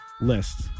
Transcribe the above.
list